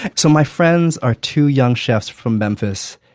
so my friends are two young chefs from memphis,